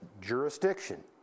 jurisdiction